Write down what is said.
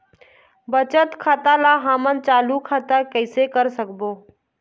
बचत खाता ला हमन चालू खाता कइसे कर सकबो?